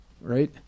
right